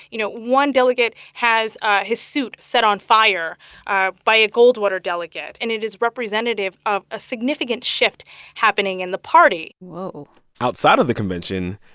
you know, one delegate has ah his suit set on fire ah by a goldwater delegate. and it is representative of a significant shift happening in the party woah outside of the convention,